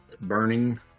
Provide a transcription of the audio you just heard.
burning